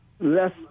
less